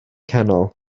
canol